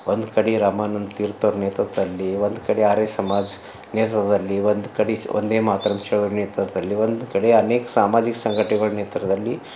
ಒಂದು ಕಡೆ ರಮಾನಂದ ತೀರ್ಥರ ನೇತೃತ್ವದಲ್ಲಿ ಒಂದು ಕಡೆ ಆರ್ಯ ಸಮಾಜ ನೇತೃದಲ್ಲಿ ಒಂದು ಕಡೆ ವಂದೇ ಮಾತರಂ ಚಳುವಳಿ ನೇತೃತ್ವದಲ್ಲಿ ಒಂದು ಕಡೆ ಅನೇಕ ಸಾಮಾಜಿಕ ಸಂಘಟನೆಗಳ್ ನೇತೃದಲ್ಲಿ